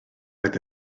oedd